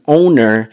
owner